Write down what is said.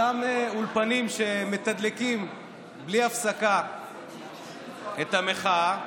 אותם אולפנים שמתדלקים בלי הפסקה את המחאה,